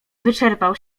wyczerpał